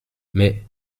mais